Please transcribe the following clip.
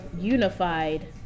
unified